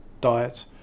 diet